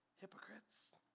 Hypocrites